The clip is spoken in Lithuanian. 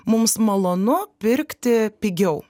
mums malonu pirkti pigiau